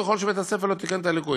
ככל שבית-הספר לא תיקן את הליקויים.